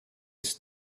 its